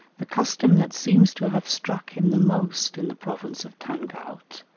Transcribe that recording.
the custom that seems to have struck him the most in the province of tangaut,